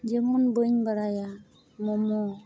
ᱡᱮᱢᱚᱱ ᱵᱟᱹᱧ ᱵᱟᱲᱟᱭᱟ ᱢᱳᱢᱳ